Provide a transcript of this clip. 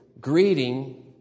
greeting